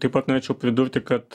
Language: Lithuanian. taip pat norėčiau pridurti kad